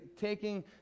taking